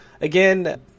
again